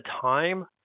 time